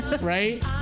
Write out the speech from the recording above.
Right